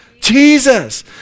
Jesus